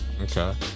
Okay